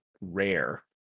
rare